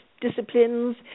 disciplines